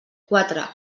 quatre